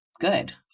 good